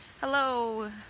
Hello